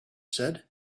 said